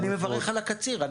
אני מברך על הקציר.